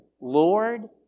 Lord